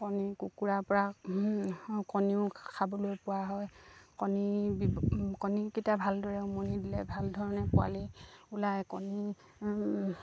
কণী কুকুৰাৰপৰা কণীও খাবলৈ পোৱা হয় কণী কণীকেইটা ভালদৰে উমনি দিলে ভাল ধৰণে পোৱালি ওলায় কণী